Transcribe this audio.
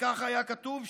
וכך היה כתוב שם: